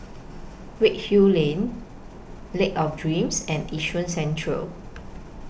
Redhill Lane Lake of Dreams and Yishun Central